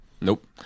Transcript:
Nope